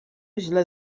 źle